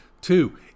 Two